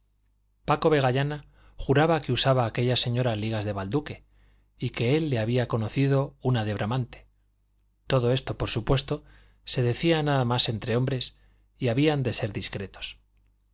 paco vegallana juraba que usaba aquella señora ligas de balduque y que él le había conocido una de bramante todo esto por supuesto se decía nada más entre hombres y habían de ser discretos